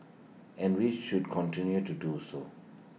and we should continue to do so